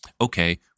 okay